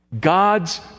God's